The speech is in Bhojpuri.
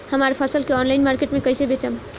हमार फसल के ऑनलाइन मार्केट मे कैसे बेचम?